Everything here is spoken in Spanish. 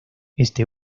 este